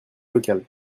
locales